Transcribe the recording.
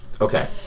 Okay